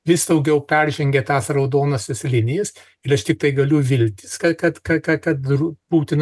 vis daugiau peržengia tas raudonąsias linijas ir aš tiktai galiu viltis kad putinas su šituo susitaikys